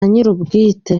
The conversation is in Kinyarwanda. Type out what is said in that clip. nyirubwite